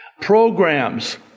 programs